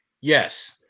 yes